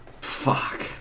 Fuck